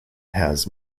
has